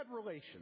relations